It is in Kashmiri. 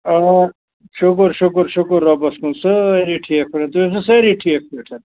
آ شُکُر شُکُر شُکُر رۄبَس کُن سٲری ٹھیٖک پٲٹھۍ تُہۍ ٲسوٕ سٲری ٹھیٖک پٲٹھۍ